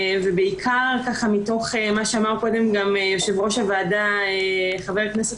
ובעיקר מתוך מה שאמר קודם יושב-ראש הוועדה חבר הכנסת